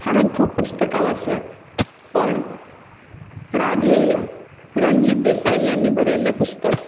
हांवेन खूब पुस्तकां वाचल्यांत पण राध्येय रणजित देसाई ह्यांनी बरयल्लें पुस्तक